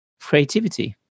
creativity